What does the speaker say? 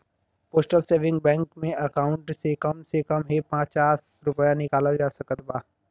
postal saving bank में account से कम से कम हे पचास रूपया निकालल जा सकता